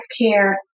care